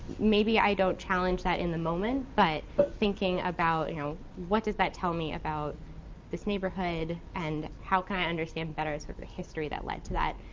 maybe i don't challenge that in the moment, but but thinking about, you know what does that tell me about this neighborhood and how can i understand better sort of the history that led to that?